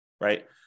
right